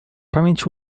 pamięć